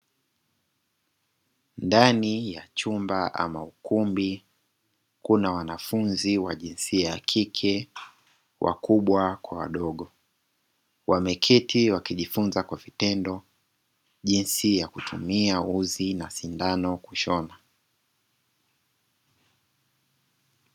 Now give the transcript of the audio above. Ndani ya chumba ama ukumbi, kuna wanafunzi wa jinsia ya kike wa kubwa kwa wadogo, wameketi wakijifunza kwa vitendo jinsi ya kutumia uzi na sindano kushona.